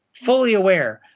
fully aware,